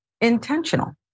intentional